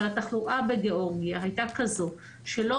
אבל התחלואה בגאורגיה הייתה כזו שלא